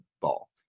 ball